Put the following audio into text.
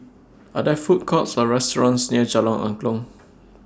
Are There Food Courts Or restaurants near Jalan Angklong